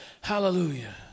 Hallelujah